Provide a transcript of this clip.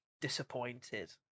disappointed